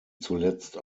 zuletzt